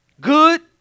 Good